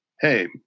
hey